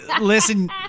Listen